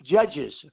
judges